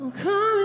come